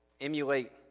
emulate